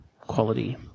quality